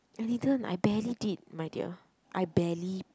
I didn't I barely did my dear I barely